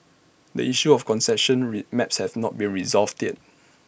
the issue of concession re maps has not been resolved yet